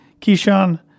Keyshawn –